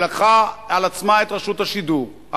שלקחה על עצמה את רשות השידור,